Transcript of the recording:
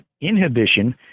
inhibition